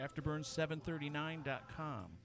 Afterburn739.com